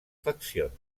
faccions